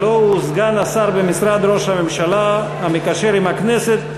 הלוא הוא סגן השר במשרד ראש הממשלה המקשר עם הכנסת,